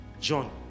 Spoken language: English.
John